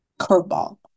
curveball